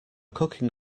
cooking